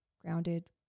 grounded